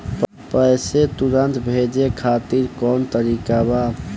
पैसे तुरंत भेजे खातिर कौन तरीका बा?